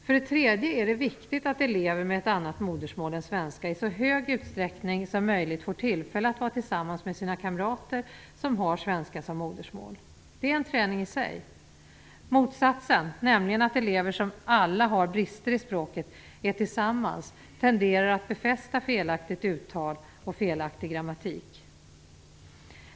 För det tredje är det viktigt att elever med ett annat modersmål än svenska i så hög utsträckning som möjlighet får tillfälle att vara tillsammans med sina kamrater som har svenska som modersmål. Det är en träning i sig. Motsatsen, nämligen att elever som alla har brister i språket är tillsammans tenderar att befästa felaktigt uttal och felaktig grammatik.